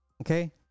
Okay